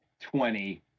twenty